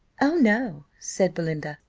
oh, no, said belinda,